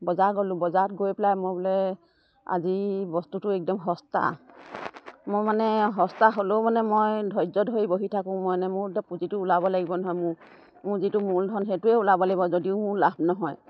বজাৰ গ'লোঁ বজাৰত গৈ পেলাই মই বোলে আজি বস্তুটো একদম সস্তা মই মানে সস্তা হ'লেও মানে মই ধৈৰ্য ধৰি বহি থাকোঁ মইানে মোৰ পুঁজিটো ওলাব লাগিব নহয় মোৰ মোৰ যিটো মূলধন সেইটোৱে ওলাব লাগিব যদিও মোৰ লাভ নহয়